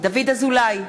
דוד אזולאי,